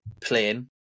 playing